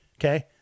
Okay